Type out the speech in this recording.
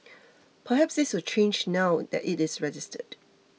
perhaps this will change now that it is registered